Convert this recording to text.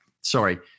sorry